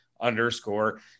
underscore